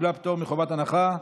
שקיבלה פטור מחובת הנחה.